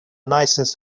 nicest